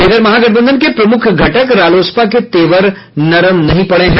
इधर महागठबंधन के प्रमुख घटक रालोसपा के तेवर नरम नहीं पड़े हैं